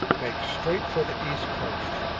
make straight for the east coast,